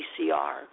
PCR